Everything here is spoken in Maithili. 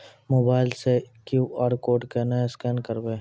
मोबाइल से क्यू.आर कोड केना स्कैन करबै?